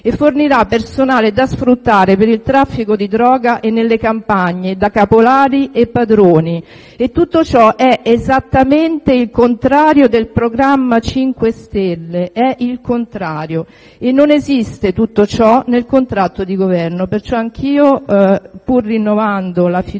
e fornirà personale da sfruttare per il traffico di droga e nelle campagne da caporali e padroni. Tutto ciò è esattamente il contrario del programma 5 Stelle: è il contrario. E non esiste tutto ciò nel contratto di Governo. Perciò anch'io, pur rinnovando la fiducia